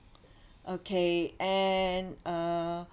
okay and uh